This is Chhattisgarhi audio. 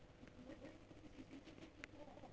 बेटा पइसा भेजे हे, बैंक नई जाथे सकंव त कइसे पता कर सकथव?